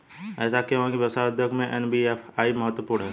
ऐसा क्यों है कि व्यवसाय उद्योग में एन.बी.एफ.आई महत्वपूर्ण है?